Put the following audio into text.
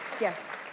Yes